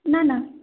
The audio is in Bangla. না না